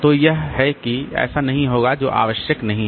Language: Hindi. तो यह है कि ऐसा नहीं होगा जो आवश्यक नहीं है